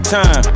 time